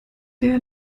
der